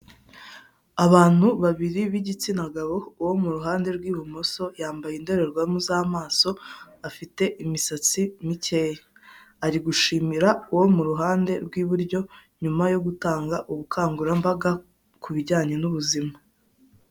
Abantu babiri b'igitsina gabo. Uwo mu ruhande rw'ibumoso yambaye indorerwamo z'amaso afite imisatsi mikeya, ari gushimira uwo mu ruhande rw'iburyo nyuma yo gutanga ubukangurambaga ku bijyanye n'ubuzima.